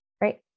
right